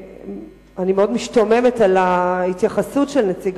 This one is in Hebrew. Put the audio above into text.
אני מאוד משתוממת על ההתייחסות של נציג